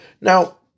Now